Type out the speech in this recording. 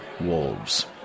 wolves